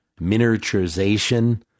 miniaturization